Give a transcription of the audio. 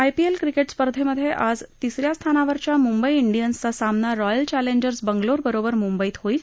IPL cricket स्पर्धेमधे आज तिसऱ्या स्थानावरच्या मुद्धे शियन्स चा सामना रॉयल चॅलेंजर्स बक्रिोर बरोबर मुंबईत होईल